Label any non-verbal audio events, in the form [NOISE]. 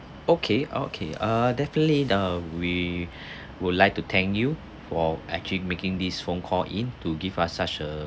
okay okay uh definitely uh we [BREATH] would like to thank you for actually making this phone call in to give us such a